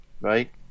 Right